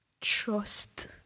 Trust